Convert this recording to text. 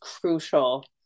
crucial